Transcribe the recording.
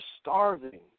starving